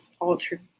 altered